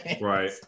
Right